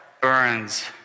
burns